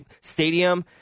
stadium